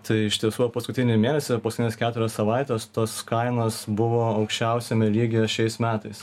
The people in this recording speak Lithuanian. tai iš tiesų va paskutinį mėnesį paskutines keturias savaites tos kainos buvo aukščiausiame lygyje šiais metais